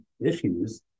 issues